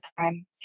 time